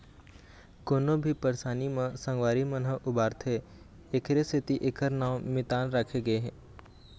कोनो भी परसानी म संगवारी मन ह उबारथे एखरे सेती एखर नांव मितान राखे गे हे